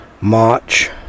March